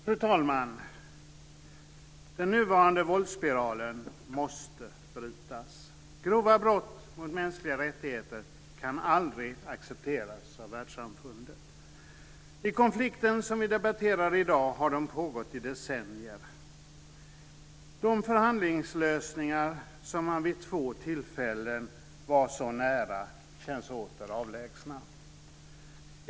Fru talman! Den nuvarande våldsspiralen måste brytas. Grova brott mot mänskliga rättigheter kan aldrig accepteras av världssamfundet. I den konflikt vi debatterar om i dag har de pågått i decennier. De förhandlingslösningar som man vid två tillfällen var så nära känns åter avlägsna.